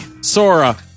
Sora